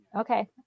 Okay